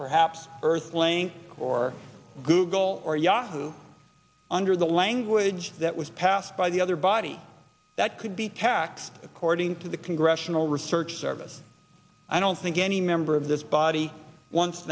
perhaps earthling or google or yahoo under the language that was passed by the other body that could be taxed according to the congressional research service i don't think any member of this body wants